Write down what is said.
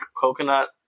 coconut